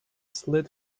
slid